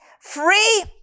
free